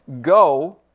go